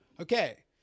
Okay